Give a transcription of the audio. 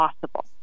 possible